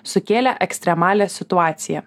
sukėlė ekstremalią situaciją